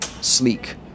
sleek